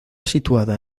situada